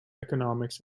economics